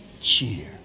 cheer